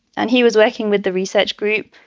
and he was working with the research group.